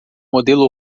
modelo